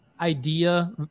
idea